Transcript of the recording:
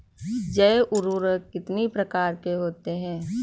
जैव उर्वरक कितनी प्रकार के होते हैं?